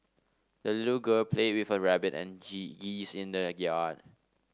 the little girl played with her rabbit and geese in the yard